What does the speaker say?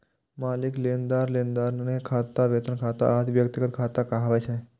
मालिक, लेनदार, देनदार के खाता, वेतन खाता आदि व्यक्तिगत खाता कहाबै छै